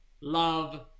love